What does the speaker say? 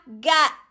got